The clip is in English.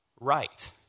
right